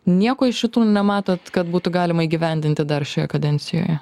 nieko iš šitų nematot kad būtų galima įgyvendinti dar šioje kadencijoje